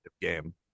game